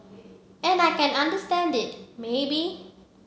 and I can understand it maybe